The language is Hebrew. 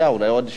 הודעה ללא הצבעה,